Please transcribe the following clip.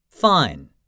Fine